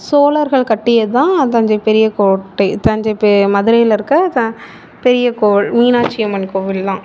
சோழர்கள் கட்டியதுதான் தஞ்சை பெரிய கோட்டை தஞ்சை பெ மதுரையில் இருக்கற த பெரிய கோவில் மீனாட்சியம்மன் கோவிலெலாம்